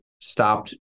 stopped